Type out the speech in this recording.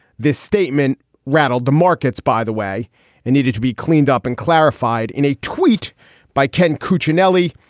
this statement rattled the markets, by the way. it needed to be cleaned up and clarified in a tweet by ken cuccinelli,